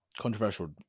Controversial